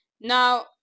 Now